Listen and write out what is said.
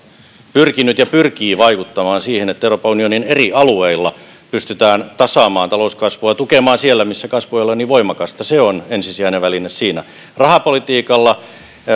pyrkinyt ja pyrkii vaikuttamaan siihen että euroopan unionin eri alueilla pystytään tasaamaan talouskasvua tukemaan siellä missä kasvu ei ole niin voimakasta se on ensisijainen väline siinä rahapolitiikalla